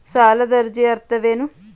ಸಾಲದ ಅರ್ಜಿಯ ಅರ್ಥವೇನು?